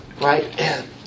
Right